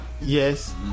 Yes